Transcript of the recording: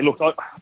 look